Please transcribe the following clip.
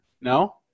No